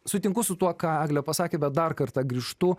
sutinku su tuo ką eglė pasakė bet dar kartą grįžtu